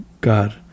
God